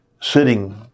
sitting